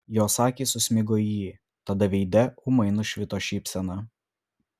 jos akys susmigo į jį tada veide ūmai nušvito šypsena